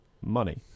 money